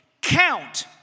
count